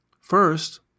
First